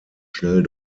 schnell